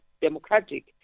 democratic